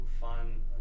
fun